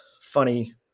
funny